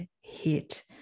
hit